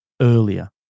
earlier